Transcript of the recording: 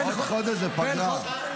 עוד חודש פגרה.